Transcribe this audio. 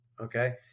Okay